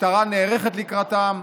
המשטרה נערכת לקראתם.